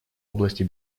области